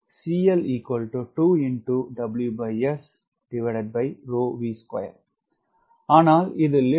அனால் இது லிப்ட்